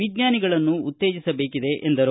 ವಿಜ್ಞಾನಿಗಳನ್ನು ಉತ್ತೇಜಿಸಬೇಕಿದೆ ಎಂದರು